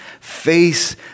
face